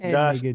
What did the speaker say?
Josh